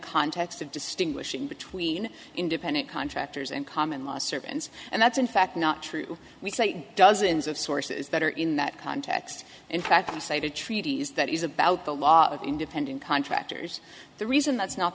context of distinguishing between independent contractors and common law servants and that's in fact not true we say dozens of sources that are in that context in fact you say the treaties that is about the law of independent contractors the reason that's not